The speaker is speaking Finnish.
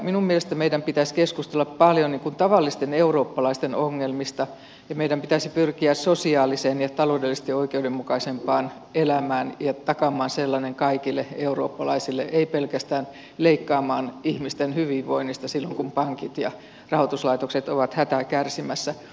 minun mielestäni meidän pitäisi keskustella paljon tavallisten eurooppalaisten ongelmista ja meidän pitäisi pyrkiä sosiaaliseen ja taloudellisesti oikeudenmukaisempaan elämään ja takaamaan sellainen kaikille eurooppalaisille ei pelkästään leikkaamaan ihmisten hyvinvoinnista silloin kun pankit ja rahoituslaitokset ovat hätää kärsimässä